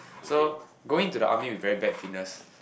so going into the army with very bad fitness